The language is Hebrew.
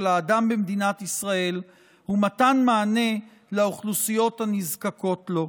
האדם במדינת ישראל ומתן מענה לאוכלוסיות הנזקקות לו.